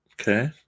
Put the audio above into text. Okay